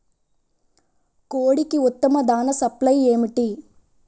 కోడికి ఉత్తమ దాణ సప్లై ఏమిటి?